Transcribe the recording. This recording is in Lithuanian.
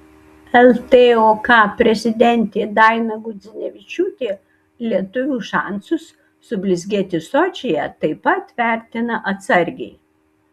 ltok prezidentė daina gudzinevičiūtė lietuvių šansus sublizgėti sočyje taip pat vertina atsargiai